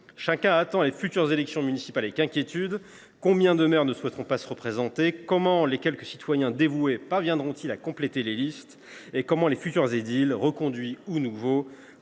Chacun attend les futures élections municipales avec inquiétude. Combien de maires ne souhaiteront pas se représenter ? Comment les quelques citoyens dévoués parviendront ils à compléter les listes ? Et comment les futurs édiles, reconduits ou nouveaux,